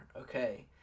okay